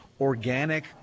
organic